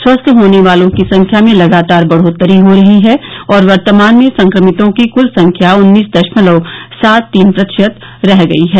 स्वस्थ होने वालों की संख्या में लगातार बढ़ोतरी हो रही है और वर्तमान में संक्रमितों की कुल संख्या उन्नीस दशमलव सात तीन प्रतिशत रह गई है